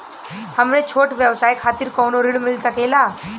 हमरे छोट व्यवसाय खातिर कौनो ऋण मिल सकेला?